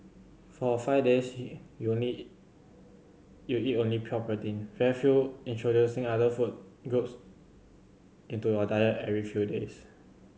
for five days you need you eat only pure protein introducing other food groups into your diet every few days